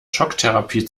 schocktherapie